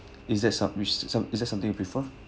is there some which some is that something you prefer